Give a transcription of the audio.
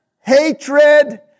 hatred